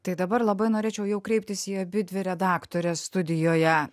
tai dabar labai norėčiau jau kreiptis į abidvi redaktores studijoje